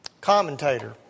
commentator